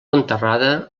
enterrada